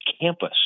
Campus